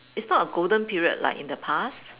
it's not a golden period like in the past